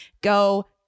Go